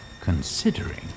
considering